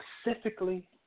Specifically